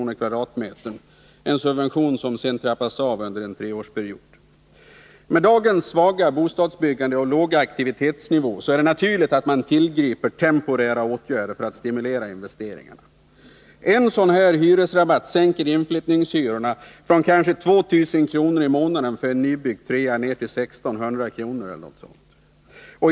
per kvadratmeter, en subvention som sedan avtrappas under en treårsperiod. Med dagens svaga bostadsbyggande och låga aktivitetsnivå är det naturligt att tillgripa temporära åtgärder för att stimulera investeringarna. En sådan här hyresrabatt sänker inflyttningshyrorna från kanske 2 000 kr. i månaden för en nybyggd trerumslägenhet till kanske 1 600 kr.